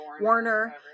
Warner